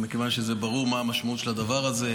ומכיוון שברור מה המשמעות של הדבר הזה,